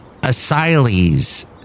Asylees